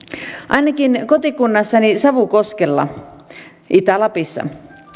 ainakin kotikunnassani savukoskella itä lapissa